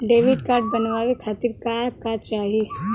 Debit card बनवावे खातिर का का चाही?